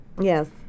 Yes